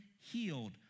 healed